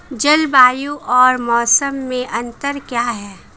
जलवायु और मौसम में अंतर क्या है?